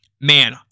man